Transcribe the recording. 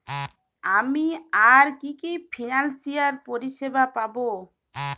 আমি আর কি কি ফিনান্সসিয়াল পরিষেবা পাব?